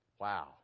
Wow